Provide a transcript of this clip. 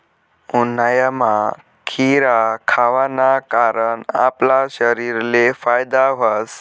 उन्हायामा खीरा खावाना कारण आपला शरीरले फायदा व्हस